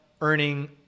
earning